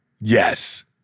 Yes